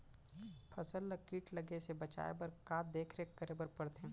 फसल ला किट लगे से बचाए बर, का का देखरेख करे बर परथे?